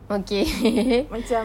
okay